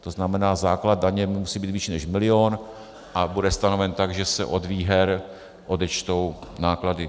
To znamená, základ daně musí být vyšší než milion a bude stanoven tak, že se od výher odečtou náklady.